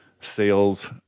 sales